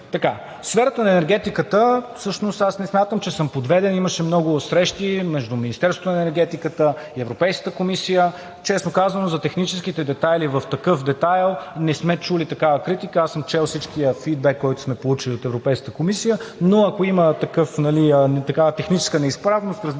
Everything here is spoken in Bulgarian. сферата на енергетиката. Всъщност аз не смятам, че съм подведен. Имаше много срещи между Министерството на енергетиката и Европейската комисия. Честно казано, за техническите детайли – в такъв детайл не сме чули такава критика. Аз съм чел всичкия фитбек, който сме получили от Европейската комисия, но ако има такава техническа неизправност, разбира се,